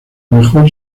mejor